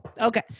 Okay